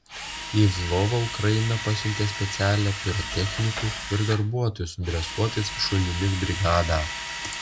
į lvovą ukraina pasiuntė specialią pirotechnikų ir darbuotojų su dresuotais šunimis brigadą